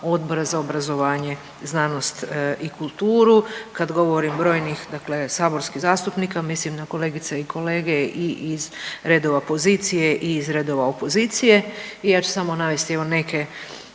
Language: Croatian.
Odbora za obrazovanje, znanost i kulture. Kad govorim brojnih dakle saborskih zastupnika mislim na kolegice i kolege i iz redova pozicije i iz redova opozicije i ja ću samo navesti evo